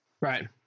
right